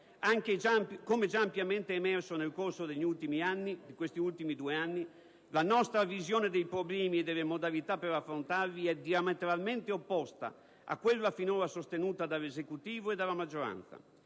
Come già ampiamente emerso nel corso degli ultimi due anni, la nostra visione dei problemi e delle modalità per affrontarli è diametralmente opposta a quella finora sostenuta dall'Esecutivo e dalla sua maggioranza